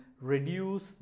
reduce